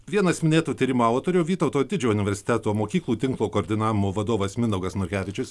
vienas minėtų tyrimų autorių vytauto didžiojo universiteto mokyklų tinklo koordinavimo vadovas mindaugas norkevičius